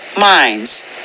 minds